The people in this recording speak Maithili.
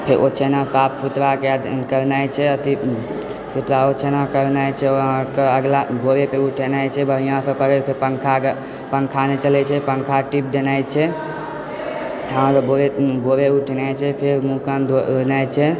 फेर ओछाओन साफ सुथरा करनाइ छै अथी सबटा ओछाओन करनाइ छै ओ अहाँकऽ अगिला भोरेकऽ उठेनाइ छै बढ़िआँ सँ पङ्खा कऽ पङ्खा नहि चलैत छै पङ्खा टीप देनाइ छै अहाँकेँ भोरे उठेनाइ छै फेर मुँह कान धोबेनाइ छै